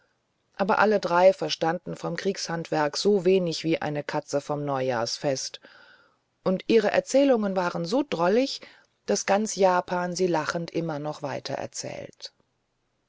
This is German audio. aber alle drei verstanden vom kriegshandwerk so wenig wie eine katze vom neujahrsfest und ihre erzählungen waren so drollig daß ganz japan sie lachend immer noch